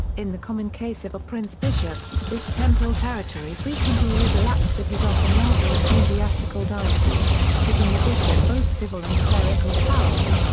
in the common case of a prince-bishop, this temporal territory frequently overlapped with his often-larger ecclesiastical diocese, giving the bishop both civil and clerical powers.